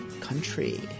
Country